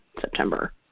September